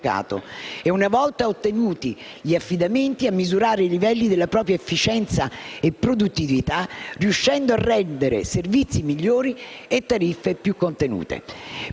mercato e, una volta ottenuti gli affidamenti, a misurare i livelli della propria efficienza e produttività, riuscendo a rendere servizi migliori a tariffe più contenute.